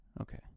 Okay